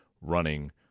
running